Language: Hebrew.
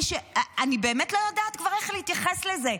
אני באמת לא יודעת כבר איך להתייחס לזה.